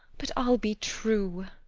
but i'll be true.